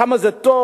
כמה זה טוב,